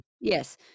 yes